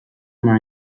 mar